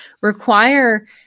require